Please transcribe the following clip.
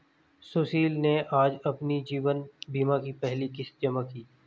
सुशील ने आज अपने जीवन बीमा की पहली किश्त जमा की